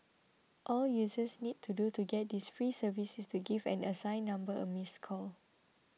all users need to do to get this free service is to give an assigned number a missed call